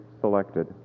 selected